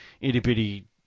itty-bitty